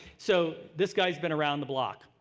so this guy's been around the block.